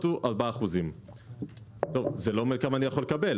הוא 4% - זה לא אומר כמה אני יכול לקבל.